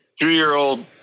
two-year-old